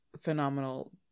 phenomenal